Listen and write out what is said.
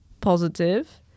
positive